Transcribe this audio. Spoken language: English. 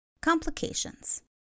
Complications